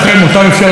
שמא הם יאכזבו.